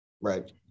Right